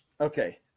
Okay